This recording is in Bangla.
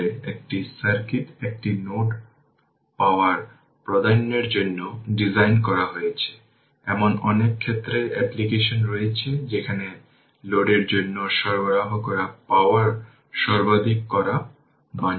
তাই ক্যাপাসিটরের মতো রেজিস্টর ক্যাপাসিটর এবং ইন্ডাক্টরকে বলা হয় প্যাসিভ উপাদান